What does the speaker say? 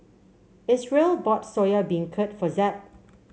Isreal bought Soya Beancurd for Zeb